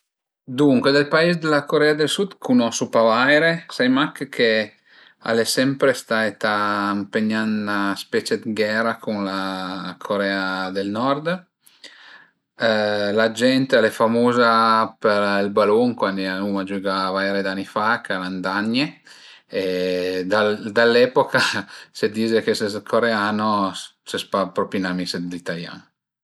Duncue dël pais d'la Corea del Sud cunosu pa vaire, sai mach che al e sempre staita ëmpegnà ën 'na specie d'ghera cun la Corea del Nord. La gent al e famuza për ël balun, cuandi l'uma giügà vaire d'ani fa ch'al an damnie e dall'epoca se dis che ses coreano se spa propi ün amis dë l'italian